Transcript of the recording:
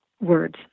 words